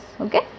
okay